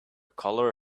color